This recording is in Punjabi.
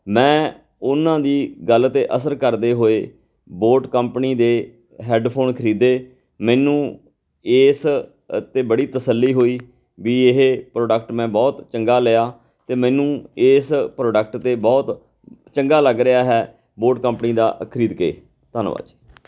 ਮੈਂ ਉਹਨਾਂ ਦੀ ਗੱਲ ਤੇ ਅਸਰ ਕਰਦੇ ਹੋਏ ਬੋਟ ਕੰਪਨੀ ਦੇ ਹੈਡਫੋਨ ਖਰੀਦੇ ਮੈਨੂੰ ਇਸ 'ਤੇ ਬੜੀ ਤਸੱਲੀ ਹੋਈ ਵੀ ਇਹ ਪ੍ਰੋਡਕਟ ਮੈਂ ਬਹੁਤ ਚੰਗਾ ਲਿਆ ਅਤੇ ਮੈਨੂੰ ਇਸ ਪ੍ਰੋਡਕਟ 'ਤੇ ਬਹੁਤ ਚੰਗਾ ਲੱਗ ਰਿਹਾ ਹੈ ਬੋਟ ਕੰਪਨੀ ਦਾ ਖਰੀਦ ਕੇ ਧੰਨਵਾਦ ਜੀ